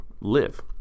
live